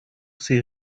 ses